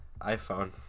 iphone